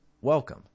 Welcome